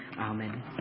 Amen